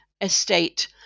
estate